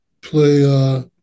play